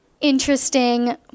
interesting